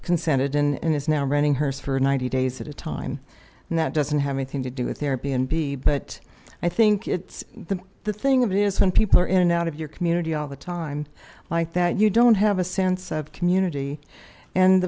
consented and is now renting hers for ninety days at a time and that doesn't have anything to do with airbnb but i think it's the thing of it is when people are in and out of your community all the time like that you don't have a sense of community and